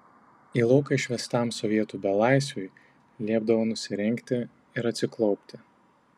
į lauką išvestam sovietų belaisviui liepdavo nusirengti ir atsiklaupti